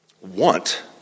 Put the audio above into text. want